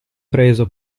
preso